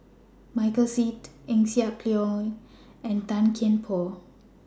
Michael Seet Eng Siak Loy and Tan Kian Por